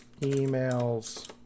emails